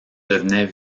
devenait